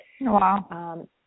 Wow